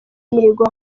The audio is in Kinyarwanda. imihigo